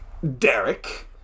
Derek